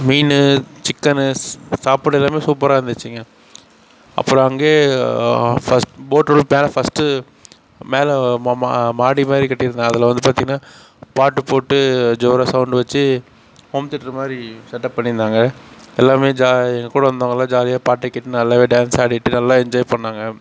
மீன் chickens சாப்பாடு எல்லாமே சூப்பராக இருந்துச்சிங்க அப்புறம் அங்கேயே ஃபஸ்ட் போட்டோட பேல ஃபஸ்ட்டு மேலே மா மா மாடி மாதிரி கட்டியிருந்தான் அதில் வந்து பார்த்தீங்கன்னா பாட்டுப் போட்டு ஜோராக சவுண்டு வெச்சு ஹோம் தேட்டர் மாதிரி செட்அப் பண்ணியிருந்தாங்க எல்லாமே ஜா எங்கள் கூட இருந்தவங்களாம் ஜாலியாக பாட்டை கேட்டு நல்லாவே டான்ஸ் ஆடிட்டு நல்லா என்ஜாய் பண்ணாங்க